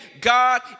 God